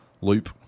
loop